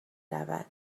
رود